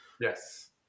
Yes